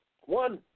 One